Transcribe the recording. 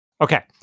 Okay